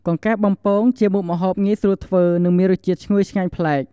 កង្កែបបំពង ជាមុខម្ហូបងាយស្រួលធ្វើ និងមានរសជាតិស្រួយឆ្ងាញ់ប្លែក។